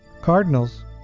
Cardinals